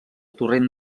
torrent